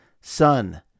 son